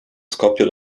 scoppio